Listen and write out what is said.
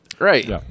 Right